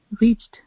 reached